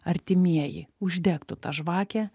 artimieji uždegtų tą žvakę